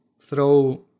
throw